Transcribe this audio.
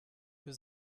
für